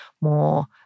more